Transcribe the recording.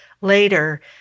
later